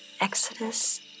Exodus